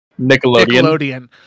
Nickelodeon